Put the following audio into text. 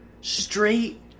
Straight